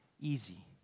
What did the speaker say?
easy